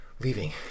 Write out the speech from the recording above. leaving